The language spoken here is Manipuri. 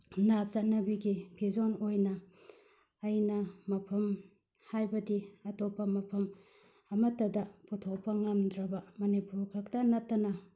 ꯅ ꯆꯠꯅꯕꯤꯒꯤ ꯐꯤꯖꯣꯜ ꯑꯣꯏꯅ ꯑꯩꯅ ꯃꯐꯝ ꯍꯥꯏꯕꯗꯤ ꯑꯇꯣꯞꯄ ꯃꯐꯝ ꯑꯃꯠꯇꯗ ꯄꯨꯊꯣꯛꯄ ꯉꯝꯗ꯭ꯔꯕ ꯃꯅꯤꯄꯨꯔ ꯈꯛꯇ ꯅꯠꯇꯅ